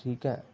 ਠੀਕ ਹੈ